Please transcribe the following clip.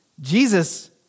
Jesus